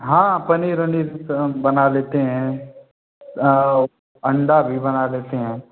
हाँ पनीर वनीर सब हम बना लेते हैं और अंडा भी बना लेते हैं